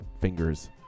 fingers